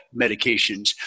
medications